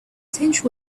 tinged